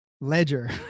ledger